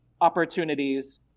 opportunities